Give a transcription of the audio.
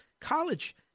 college